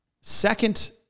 second